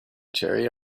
cherry